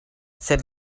sed